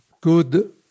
good